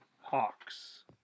Hawks